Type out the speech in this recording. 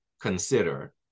consider